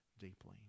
deeply